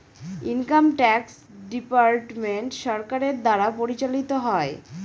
income tax department সরকারের দ্বারা পরিচালিত হয়